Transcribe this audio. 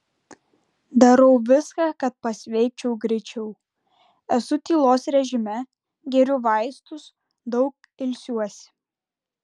darau viską kad pasveikčiau greičiau esu tylos režime geriu vaistus daug ilsiuosi